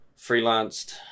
freelanced